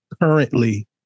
currently